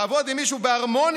לעבוד עם מישהו בהרמוניה,